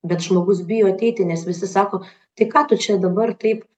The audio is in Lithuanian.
bet žmogus bijo ateiti nes visi sako tai ką tu čia dabar taip